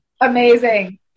Amazing